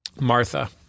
Martha